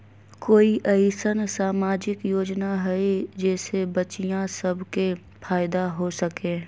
कोई अईसन सामाजिक योजना हई जे से बच्चियां सब के फायदा हो सके?